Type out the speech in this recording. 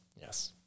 Yes